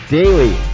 daily